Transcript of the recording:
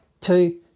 two